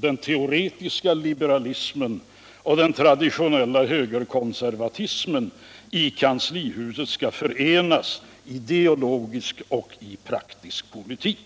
den teorctiska liberalismen och den traditionella högerkonservatismen i kanslihuset skall förenas i ideologisk och praktisk politik.